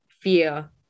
fear